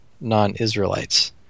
non-Israelites